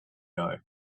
know